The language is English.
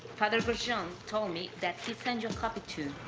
father grosjean told me that he sent you a copy too.